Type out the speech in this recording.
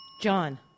John